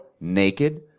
naked